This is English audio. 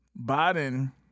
Biden